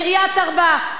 קריית-ארבע,